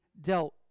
dealt